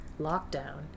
lockdown